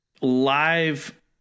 live